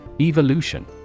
Evolution